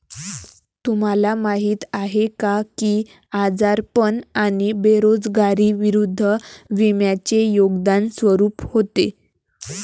तुम्हाला माहीत आहे का की आजारपण आणि बेरोजगारी विरुद्ध विम्याचे योगदान स्वरूप होते?